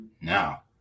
now